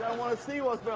want to see what's